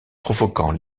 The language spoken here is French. provoquant